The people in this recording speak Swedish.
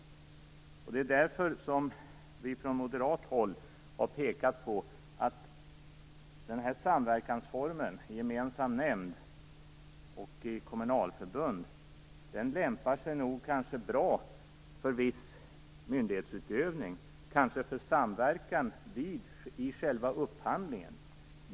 Det är därför som vi från moderat håll har pekat på att samverkansformen en gemensam nämnd och kommunalförbund nog lämpar sig bra för viss myndighetsutövning, kanske för samverkan i själva upphandlingen.